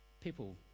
people